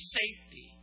safety